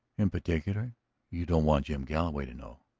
in particular you don't want jim galloway to know?